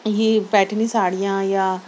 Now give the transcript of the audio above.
یہ پیٹرنی ساڑیاں یا